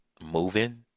moving